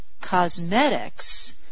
Cosmetics